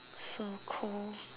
so cold